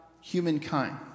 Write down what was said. humankind